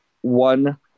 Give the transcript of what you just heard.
one